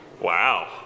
Wow